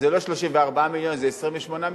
אז זה לא 34 מיליון, זה 28 מיליון,